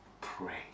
pray